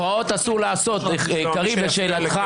קריב, לשאלתך.